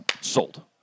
sold